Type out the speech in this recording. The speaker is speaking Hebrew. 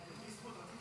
בפעם הבאה צריך